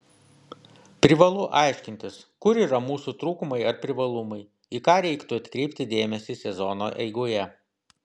privalu aiškintis kur yra mūsų trūkumai ar privalumai į ką reiktų atkreipti dėmesį sezono eigoje